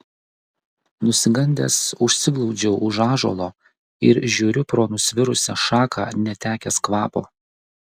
nusigandęs užsiglaudžiau už ąžuolo ir žiūriu pro nusvirusią šaką netekęs kvapo